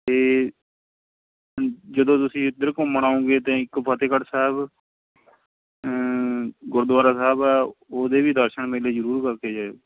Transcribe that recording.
ਅਤੇ ਜਦੋਂ ਤੁਸੀਂ ਇੱਧਰ ਘੁੰਮਣ ਆਉਂਗੇ ਤਾਂ ਇੱਕ ਫਤਿਹਗੜ੍ਹ ਸਾਹਿਬ ਗੁਰਦੁਆਰਾ ਸਾਹਿਬ ਹੈ ਉਹਦੇ ਵੀ ਦਰਸ਼ਨ ਮੇਲੇ ਜ਼ਰੂਰ ਕਰਕੇ ਜਾਇਓ